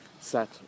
set